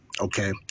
Okay